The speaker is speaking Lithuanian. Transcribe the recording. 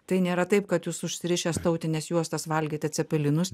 tai nėra taip kad jūs užsirišęs tautines juostas valgėte cepelinus